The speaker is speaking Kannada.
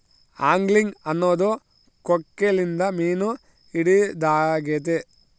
ಆಂಗ್ಲಿಂಗ್ ಅನ್ನೊದು ಕೊಕ್ಕೆಲಿಂದ ಮೀನು ಹಿಡಿದಾಗೆತೆ